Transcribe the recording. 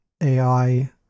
AI